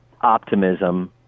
optimism